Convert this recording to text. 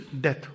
death